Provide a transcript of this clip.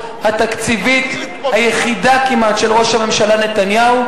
התקציבית היחידה כמעט של ראש הממשלה נתניהו.